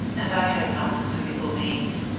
and i had not the suitable means.